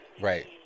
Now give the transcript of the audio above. Right